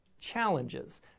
Challenges